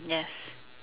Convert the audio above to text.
yes